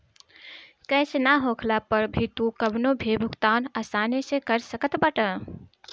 cash ना होखला पअ भी तू कवनो भी भुगतान आसानी से कर सकत बाटअ